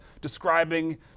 describing